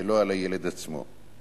ולא על הילד עצמו.